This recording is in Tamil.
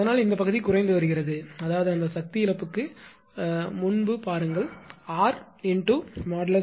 அதனால் இந்த பகுதி குறைந்து வருகிறது அதாவது அந்த சக்தி இழப்புக்கு முன் பாருங்கள் 𝑅